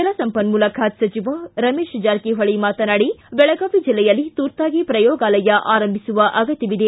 ಜಲಸಂಪನ್ನೂಲ ಖಾತೆ ಸಚಿವ ರಮೇಶ್ ಜಾರಕಿಹೊಳಿ ಮಾತನಾಡಿ ಬೆಳಗಾವಿ ಜಿಲ್ಲೆಯಲ್ಲಿ ತುರ್ತಾಗಿ ಪ್ರಯೋಗಾಲಯ ಆರಂಭಿಸುವ ಅಗತ್ಯವಿದೆ